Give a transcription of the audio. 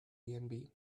airbnb